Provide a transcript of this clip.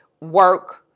work